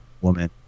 woman